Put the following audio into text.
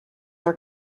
are